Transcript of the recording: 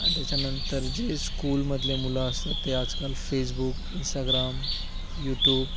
आणि त्याच्यानंतर जे स्कूलमधले मुलं असतात ते आजकाल फेसबुक इंस्टाग्राम यूटूब